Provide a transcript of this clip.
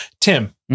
Tim